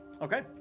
Okay